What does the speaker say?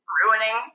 ruining